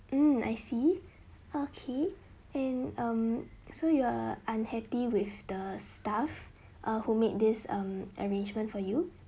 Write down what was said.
mm I see okay and um so you are unhappy with the staff uh who made this arrangement for you